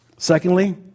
Secondly